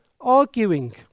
arguing